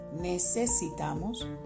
necesitamos